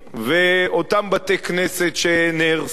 ואותם בתי-כנסת שנהרסו,